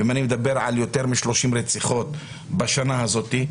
ואם אני מדבר על יותר מ-30 רציחות בשנה הזאת,